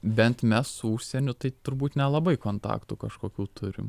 bent mes su užsieniu tai turbūt nelabai kontaktų kažkokių turim